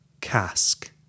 cask